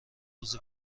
روز